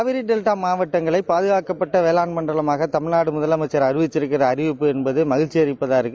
Kaveri delta மாவட்டங்களில் பாதுகாக்கப்பட்ட வேளாண் மண்டலமாக தமிழ்நாடு முதலமைச்சர் அறிவிச்சிருக்கிற அறிவிப்பு என்பது மகிழ்ச்சி அளிப்பதாக உள்ளது